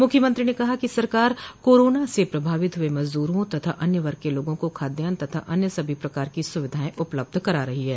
मुख्यमंत्री ने कहा कि सरकार कोरोना से प्रभावित हुए मजदूरों तथा अन्य वर्ग के लोगों को खादयान तथा अन्य सभी प्रकार की सुविधाएं उपलब्ध करा रही है